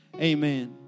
amen